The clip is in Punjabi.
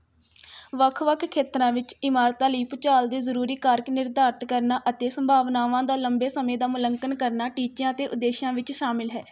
ਵੱਖ ਵੱਖ ਖੇਤਰਾਂ ਵਿੱਚ ਇਮਾਰਤਾਂ ਲਈ ਭੂਚਾਲ ਦੇ ਜ਼ਰੂਰੀ ਕਾਰਕ ਨਿਰਧਾਰਤ ਕਰਨਾ ਅਤੇ ਸੰਭਾਵਨਾਵਾਂ ਦਾ ਲੰਬੇ ਸਮੇਂ ਦਾ ਮੁਲਾਂਕਣ ਕਰਨਾ ਟੀਚਿਆਂ ਅਤੇ ਉਦੇਸ਼ਾਂ ਵਿੱਚ ਸ਼ਾਮਲ ਹੈ